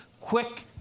quick